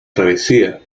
travesía